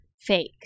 fake